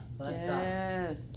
Yes